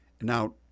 Now